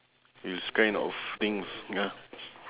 these kind of things ya